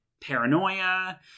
paranoia